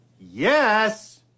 Yes